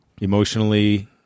emotionally